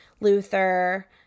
Luther